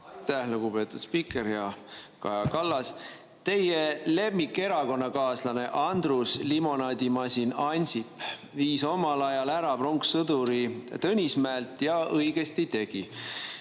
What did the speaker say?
lugupeetud spiiker! Hea Kaja Kallas! Teie lemmikerakonnakaaslane, Andrus "limonaadimasin" Ansip viis omal ajal pronkssõduri Tõnismäelt ära ja õigesti tegi.